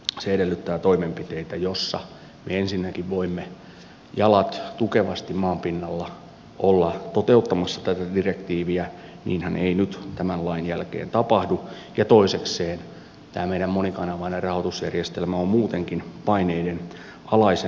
se edellyttää toimenpiteitä joissa me ensinnäkin voimme jalat tukevasti maan pinnalla olla toteuttamassa tätä direktiiviä niinhän ei nyt tämän lain jälkeen tapahdu ja toisekseen tämä meidän monikanavainen rahoitusjärjestelmä on muutenkin paineiden alaisena